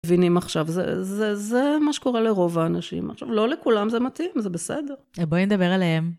מבינים עכשיו, זה מה שקורה לרוב האנשים. עכשיו, לא לכולם זה מתאים, זה בסדר. -בואי נדבר עליהם.